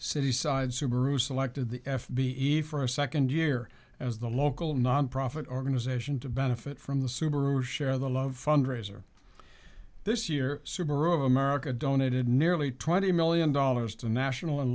city side subaru selected the f b a for a second year as the local nonprofit organization to benefit from the subaru share the love for this year of america donated nearly twenty million dollars to national